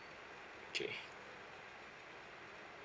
okay